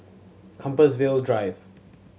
Compassvale Drive